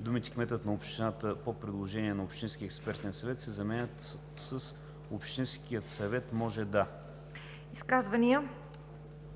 думите „Кметът на общината по предложение на общинския експертен съвет“ се заменят с „Общинският съвет може да“.“